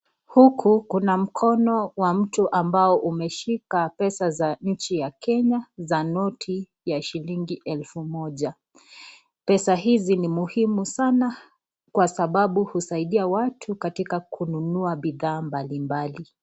Huku Kuna mkono wa mtu ambao ameshika pesa za nchi ya kenya za noti ya shilingi elfu moja, pesa hizi ni muhimu sana kwa sababu husaidia watu katika kununua vitu mbalimbali.